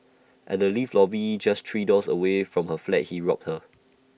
at the lift lobby just three doors away from her flat he robbed her